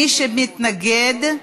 מי שמתנגד,